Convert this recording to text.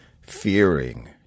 fearing